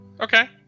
Okay